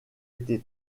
été